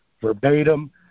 verbatim